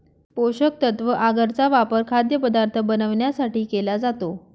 पोषकतत्व आगर चा वापर खाद्यपदार्थ बनवण्यासाठी केला जातो